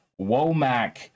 Womack